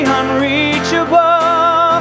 unreachable